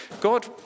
God